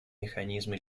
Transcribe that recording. механизмы